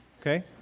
okay